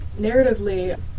narratively